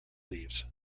leaves